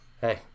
hey